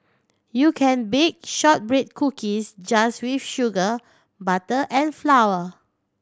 you can bake shortbread cookies just with sugar butter and flour